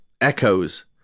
echoes